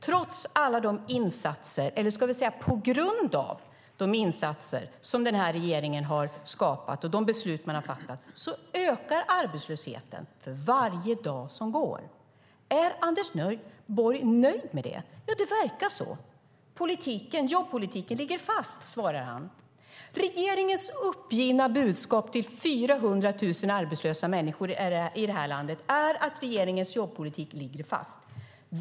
Trots alla de insatser, eller ska vi säga på grund av de insatser som den här regeringen har skapat och de beslut man har fattat ökar arbetslösheten för varje dag som går. Är Anders Borg nöjd med det? Det verkar så. Jobbpolitiken ligger fast, svarar han. Regeringens uppgivna budskap till 400 000 arbetslösa människor i det här landet är att regeringens jobbpolitik ligger fast.